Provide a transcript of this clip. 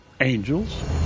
angels